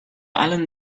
allem